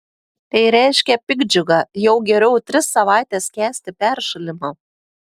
tai reiškia piktdžiugą jau geriau tris savaites kęsti peršalimą